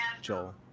Joel